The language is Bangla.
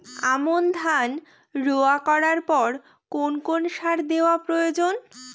আমন ধান রোয়া করার পর কোন কোন সার দেওয়া প্রয়োজন?